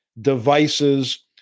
devices